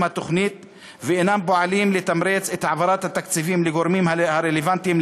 התוכנית ואינם פועלים לתמרץ את העברת התקציבים לגורמים הרלוונטיים,